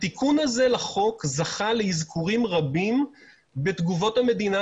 התיקון הזה לחוק זכה לאזכורים רבים בתגובות המדינה